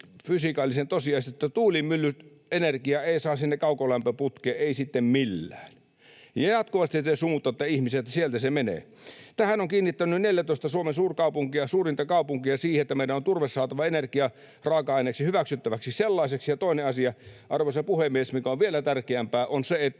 fysikaalisen tosiasian, että tuulimyllyenergiaa ei saa sinne kaukolämpöputkeen, ei sitten millään? Jatkuvasti te sumutatte ihmisiä, että sieltä se menee. 14 Suomen suurinta kaupunkia on kiinnittänyt huomiota siihen, että meidän on turve saatava energiaraaka-aineeksi, hyväksyttäväksi sellaiseksi. Toinen asia, arvoisa puhemies, mikä on vielä tärkeämpää, on se, että